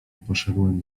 poszedłem